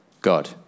God